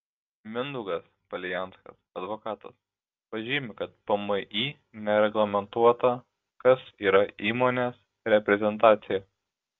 mindaugas palijanskas advokatas pažymi kad pmį nereglamentuota kas yra įmonės reprezentacija